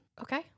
Okay